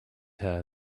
her